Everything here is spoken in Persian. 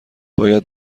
باید